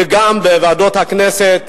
וגם בוועדות הכנסת.